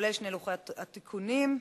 כולל שני לוחות התיקונים.